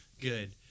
good